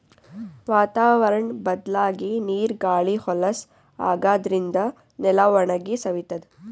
ವಾತಾವರ್ಣ್ ಬದ್ಲಾಗಿ ನೀರ್ ಗಾಳಿ ಹೊಲಸ್ ಆಗಾದ್ರಿನ್ದ ನೆಲ ಒಣಗಿ ಸವಿತದ್